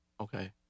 Okay